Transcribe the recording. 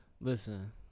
Listen